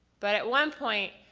but at one point,